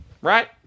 Right